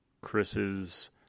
Chris's